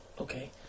Okay